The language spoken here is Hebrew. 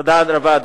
תודה רבה.